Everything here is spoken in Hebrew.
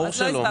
ברור שלא.